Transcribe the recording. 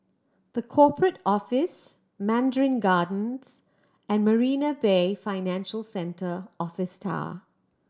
The Corporate Office Mandarin Gardens and Marina Bay Financial Centre Office Tower